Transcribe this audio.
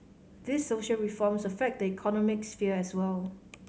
these social reforms affect the economic sphere as well